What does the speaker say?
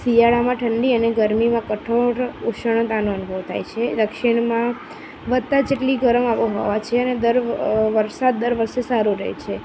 શિયાળામાં ઠંડી અને ગરમીમાં કઠોર ઉષ્ણતાનો અનુભવ થાય છે દક્ષિણમાં વધતા જેટલી ગરમ આબોહવા છે અને દર વ વરસાદ દર વર્ષે સારો રહે છે